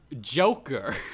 Joker